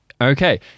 Okay